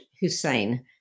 Hussein